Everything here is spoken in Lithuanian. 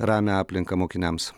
ramią aplinką mokiniams